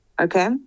Okay